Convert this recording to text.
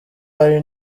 hari